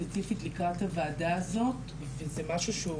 ספציפית לקראת הוועדה הזאת וזה משהו שהוא